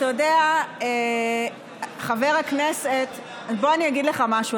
אתה יודע, חבר הכנסת, בוא אגיד לך משהו.